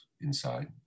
inside